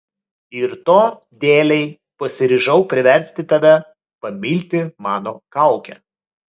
ir to dėlei pasiryžau priversti tave pamilti mano kaukę